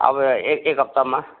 अब एक एक हप्तामा